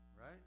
right